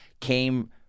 came